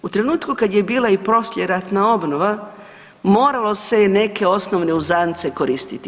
U trenutku kad je bila i poslijeratna obnova moralo se neke osnovne uzance koristiti.